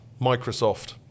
microsoft